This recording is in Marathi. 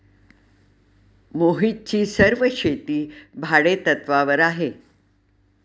मोहितची सर्व शेती भाडेतत्वावर आहे